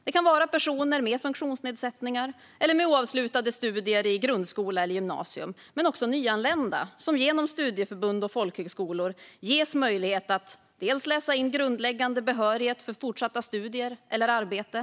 Det kan vara personer med funktionsnedsättningar eller oavslutade studier i grundskola eller gymnasium men också nyanlända som genom studieförbund och folkhögskolor ges möjlighet att läsa in grundläggande behörighet för fortsatta studier eller arbete.